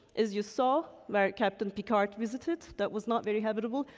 as you saw where captain picard visited that was not very habitable.